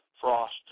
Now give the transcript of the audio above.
frost